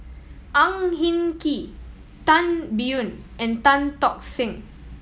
Ang Hin Kee Tan Biyun and Tan Tock Seng